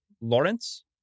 Lawrence